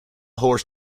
horse